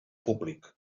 públic